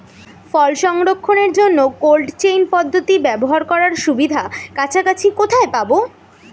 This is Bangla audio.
ফল সংরক্ষণের জন্য কোল্ড চেইন পদ্ধতি ব্যবহার করার সুবিধা কাছাকাছি কোথায় পাবো?